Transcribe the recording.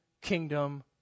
kingdom